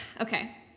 Okay